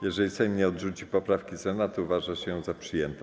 Jeżeli Sejm nie odrzuci poprawki Senatu, uważa się ją za przyjętą.